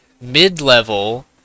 Mid-level